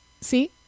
see